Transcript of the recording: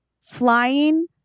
flying